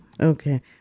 Okay